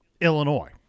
Illinois